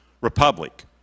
Republic